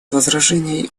возражений